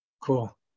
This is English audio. Cool